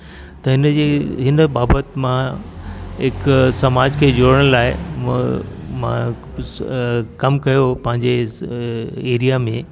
त हिन जे हिन बाबति मां हिकु सामाज खे जोड़ण लाइ कुझु कमु कयो पंहिंजे एरिया में